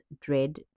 dread